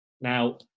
Now